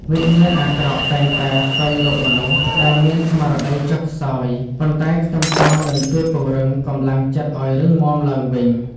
វិញ្ញាណអាក្រក់តែងតែស្វែងរកមនុស្សដែលមានស្មារតីចុះខ្សោយប៉ុន្តែខ្ទឹមសនឹងជួយពង្រឹងកម្លាំងចិត្តឱ្យរឹងមាំឡើងវិញ។